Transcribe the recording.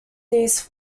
these